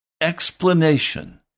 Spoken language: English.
explanation